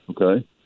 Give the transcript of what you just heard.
Okay